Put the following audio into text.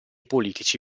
politici